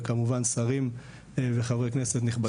וכמובן שרים וחברי כנסת נכבדים מוזמנים.